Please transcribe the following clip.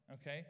Okay